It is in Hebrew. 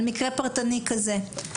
על מקרה פרטני כזה.